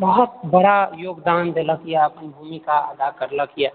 बहुत बड़ा योगदान देलक यऽ अपन भूमिका अदा करलक यऽ